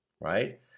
right